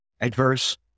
adverse